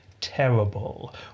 terrible